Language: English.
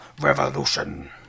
revolution